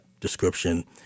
description